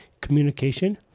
communication